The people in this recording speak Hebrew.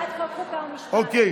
ועדת החוקה, חוק ומשפט.